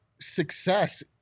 success